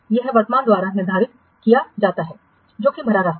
यह वर्तमान द्वारा निर्धारित किया जाता है जोखिम भरा रास्ता